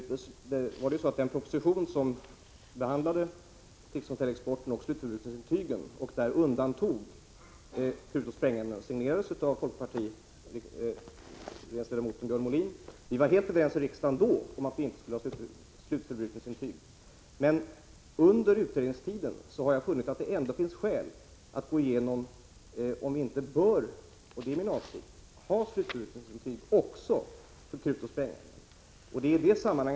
Herr talman! Som Maria Leissner sade var det folkpartiledamoten Björn Molin som signerade den proposition som behandlade krigsmaterielexporten och slutanvändningsintyg, men undantog krutoch sprängämnen. Vi var då helt överens i riksdagen att det inte skulle vara slutförbrukningsintyg i sådana fall. Under utredningstiden har jag funnit att det ändå finns skäl att undersöka om vi skall ha slutförbrukningsintyg också för krutoch sprängämnen, och det är min avsikt att föreslå detta.